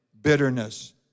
bitterness